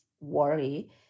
worry